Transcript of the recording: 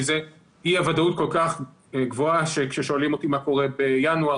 אי הוודאות כל כך גבוהה שכאשר שואלים אותי מה קורה בינואר,